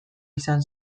izan